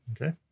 Okay